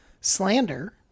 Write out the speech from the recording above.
slander